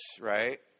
right